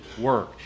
work